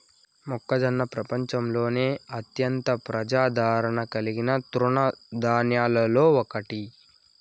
మొక్కజొన్న ప్రపంచంలోనే అత్యంత ప్రజాదారణ కలిగిన తృణ ధాన్యాలలో ఒకటి